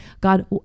God